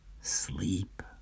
sleep